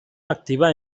activa